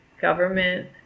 government